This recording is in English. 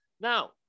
Now